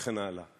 וכן הלאה,